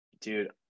dude